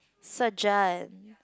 surgeon